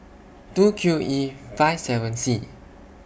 two Q E five seven C